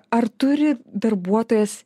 ar turi darbuotojas